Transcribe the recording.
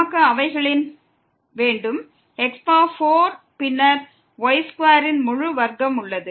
நமக்கு அவைகளின் x4 பின்னர் y2 ன் முழு வர்க்கம் உள்ளது